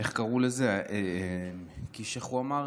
איך קראו לזה קיש, איך הוא אמר,